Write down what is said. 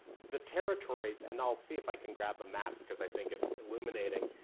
the territories, and i'll see if i can grab a map, cause i think it's illuminating.